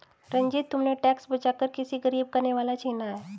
रंजित, तुमने टैक्स बचाकर किसी गरीब का निवाला छीना है